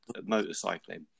motorcycling